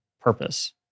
purpose